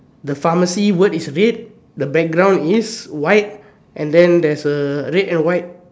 the pharmacy word is red the background is white then there's a red and white